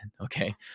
Okay